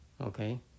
Okay